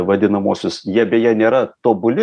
vadinamuosius jie beje nėra tobuli